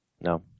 No